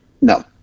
No